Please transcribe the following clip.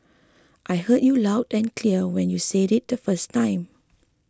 I heard you loud and clear when you said it the first time